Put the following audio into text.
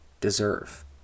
deserve